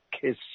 kiss